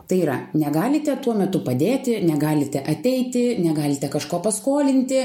tai yra negalite tuo metu padėti negalite ateiti negalite kažko paskolinti